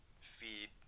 feed